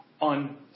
on